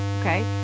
okay